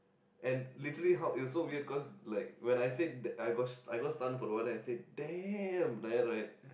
and literally how it was so weird cause like when I said I got I got stun for the one then I said damn like that right